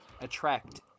attract